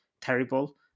terrible